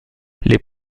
les